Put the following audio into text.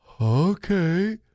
Okay